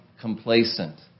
complacent